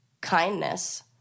kindness